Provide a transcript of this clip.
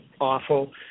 awful